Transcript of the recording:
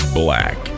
black